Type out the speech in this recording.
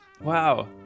Wow